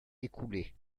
écoulée